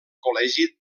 col·legi